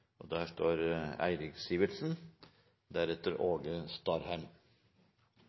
og der står